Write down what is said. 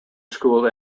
school